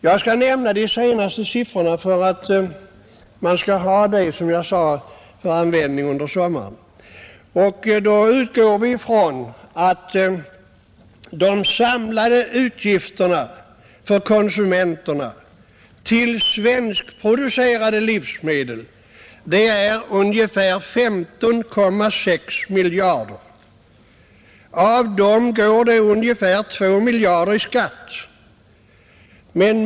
Jag skall nämna de senaste siffrorna så att man kan studera dem under sommaren, Vi utgår då från att konsumenternas samlade utgifter för svenskproducerade livsmedel är ungefär 15,6 miljarder kronor. Därav går ungefär 2 miljarder kronor i skatt.